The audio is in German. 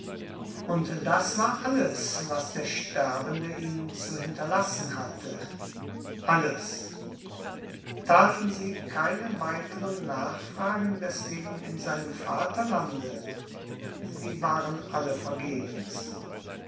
und das war alles was der sterbende ihnen zu hinterlassen hatte alles taten sie keine weiteren nachfragen deswegen in seinem vaterlande sie waren alle vergebens